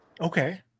Okay